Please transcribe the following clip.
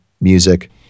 music